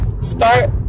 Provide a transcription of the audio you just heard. start